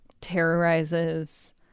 terrorizes